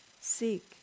Seek